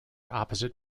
opposite